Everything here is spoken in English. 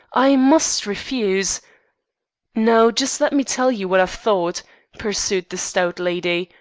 i must refuse now just let me tell you what i've thought pursued the stout lady,